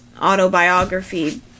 Autobiography